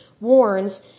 warns